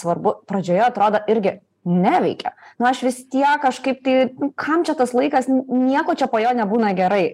svarbu pradžioje atrodo irgi neveikia nu aš vis tiek kažkaip tai kam čia tas laikas nieko čia po jo nebūna gerai